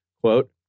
Quote